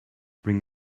bring